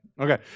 Okay